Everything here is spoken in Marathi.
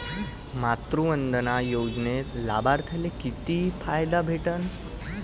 मातृवंदना योजनेत लाभार्थ्याले किती फायदा भेटन?